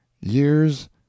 years